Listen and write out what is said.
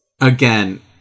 Again